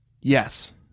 yes